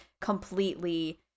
completely